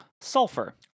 sulfur